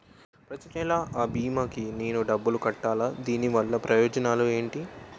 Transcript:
ప్రతినెల అ భీమా కి నేను డబ్బు కట్టాలా? దీనివల్ల ప్రయోజనాలు ఎంటి?